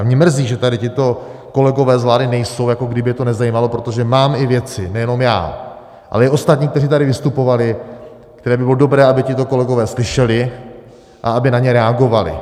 A mě mrzí, že tady tito kolegové z vlády nejsou, jako kdyby je to nezajímalo, protože mám i věci, nejenom já, ale i ostatní, kteří tady vystupovali, které by bylo dobré, aby tito kolegové slyšeli a aby na ně reagovali.